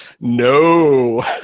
No